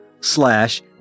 slash